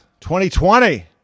2020